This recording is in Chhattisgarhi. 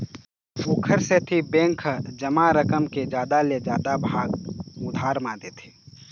ओखर सेती बेंक ह जमा रकम के जादा ले जादा भाग उधार म देथे